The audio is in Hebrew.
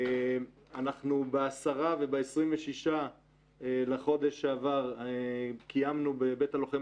ב-10 וב-26 בחודש שעבר קיימנו בבית הלוחם